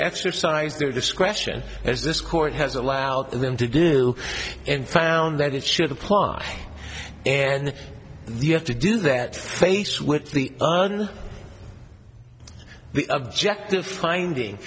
exercise their discretion as this court has allowed them to do and found that it should apply and you have to do that face with the un the objective finding